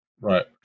Right